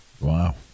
wow